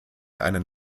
einen